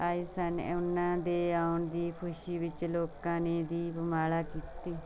ਆਏ ਸਨ ਉਹਨਾਂ ਦੇ ਆਉਣ ਦੀ ਖੁਸ਼ੀ ਵਿੱਚ ਲੋਕਾਂ ਨੇ ਦੀਪਮਾਲਾ ਕੀਤੀ